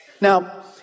Now